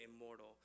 immortal